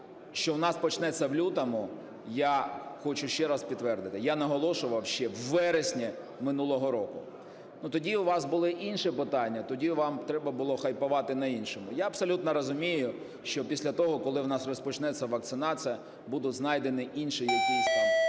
що у нас почнеться в лютому, я хочу ще раз підтвердити, я наголошував ще у вересні минулого року. Ну тоді у вас були інші питання, тоді вам треба було хайпувати на іншому. Я абсолютно розумію, що після того, коли в нас розпочнеться вакцинація, будуть знайдені інші якісь там